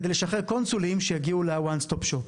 כדי לשחרר קונסולים שיגיעו ל-One Stop Shop.